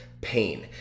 pain